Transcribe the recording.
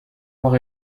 avoir